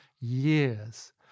years